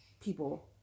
people